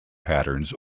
patterns